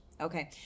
Okay